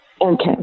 Okay